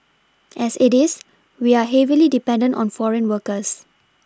as it is we are heavily dependent on foreign workers